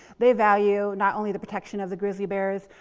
they value not only the protection of the grizzly bears,